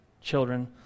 children